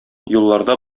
юлларда